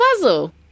puzzle